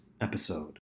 episode